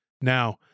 Now